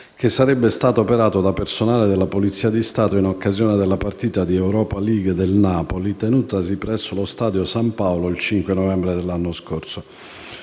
che sarebbe stato operato da personale della Polizia di Stato in occasione della partita di Europa League del Napoli, tenutasi presso lo stadio San Paolo il 5 novembre dell'anno scorso.